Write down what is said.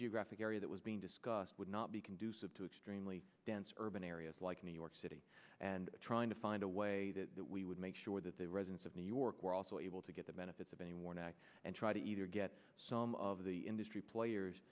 geographic area that was being discussed would not be conducive to extremely dense urban areas like new york city and trying to find a way that we would make sure that the residents of new york were also able to get the benefits of any warning and try to either get some of the industry players